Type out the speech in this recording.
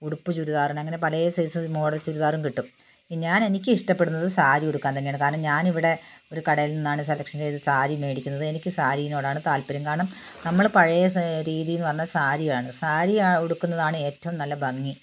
ഉടുപ്പ് ചുരിദാറുണ്ട് അങ്ങനെ പല സൈസ് മോഡൽ ചുരിദാറും കിട്ടും ഞാനെനിക്ക് ഇഷ്ടപ്പെടുന്നത് സാരി ഉടുക്കാൻ തന്നെയാണ് കാരണം ഞാനിവിടെ ഒരു കടയിൽ നിന്ന് സെലെക്ഷൻ ചെയ്ത് സാരി മേടിക്കുന്നത് എനിക്ക് സാരിനോട് ആണ് താല്പര്യം കാരണം നമ്മൾ പഴയ രീതിയെന്ന് പറഞ്ഞാൽ സാരി ആണ് സാരി ഉടുക്കുന്നതാണ് ഏറ്റവും നല്ല ഭംഗി